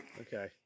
Okay